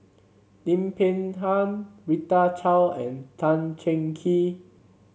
Lim Peng Han Rita Chao and Tan Cheng Kee